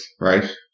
right